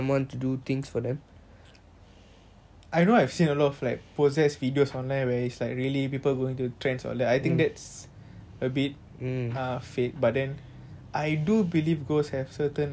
I know I've seen a lot of like possessed videos online where it's like really people going to trends or like I think that's a bit uh fake but then I do believe ghosts have certain abilities to sort of affect your life in a sense that